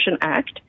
Act